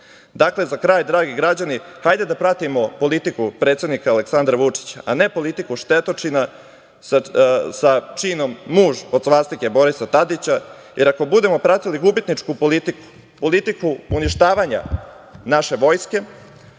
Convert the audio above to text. za kraj, dragi građani, hajde da pratimo politiku predsednika Aleksandra Vučića, a ne politiku štetočina sa činom muž od svastike Borisa Tadića, jer ako budemo pratili gubitničku politiku, politiku uništavanja naše Vojske